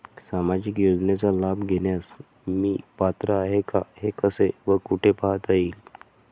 सामाजिक योजनेचा लाभ घेण्यास मी पात्र आहे का हे कसे व कुठे पाहता येईल?